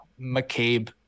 McCabe